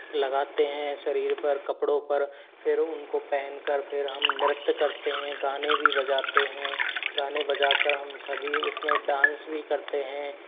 लगाते हैं शरीर पर कपड़ो पर फिर उनको पहनकर फिर हम नृत्य करते हैं गाने भी बजाते हैं गाने बजाकर हम सभी उसमें डांस भी करते हैं